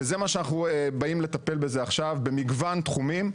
וזה מה שאנחנו באים לטפל בזה עכשיו במגוון תחומים.